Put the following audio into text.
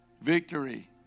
victory